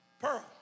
Pearl